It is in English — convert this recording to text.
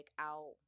out